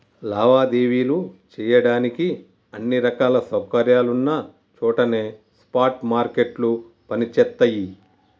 లావాదేవీలు చెయ్యడానికి అన్ని రకాల సౌకర్యాలున్న చోటనే స్పాట్ మార్కెట్లు పనిచేత్తయ్యి